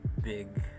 big